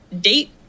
date